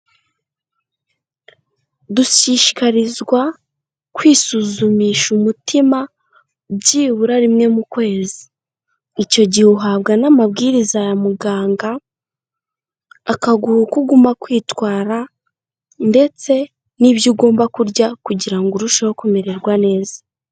Dushishikarizwa kwisuzumisha umutima byibura rimwe mu kwezi, icyo gihe uhabwa n'amabwiriza ya muganga akaguha uko uguma kwitwara, ndetse n'ibyo ugomba kurya kugira ngo urusheho kumererwa neza.